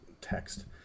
Text